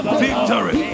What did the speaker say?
victory